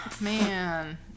man